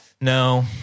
No